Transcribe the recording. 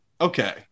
okay